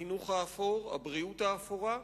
החינוך האפור, הבריאות האפורה,